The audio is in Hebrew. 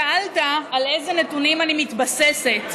שאלת על איזה נתונים אני מתבססת,